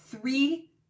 three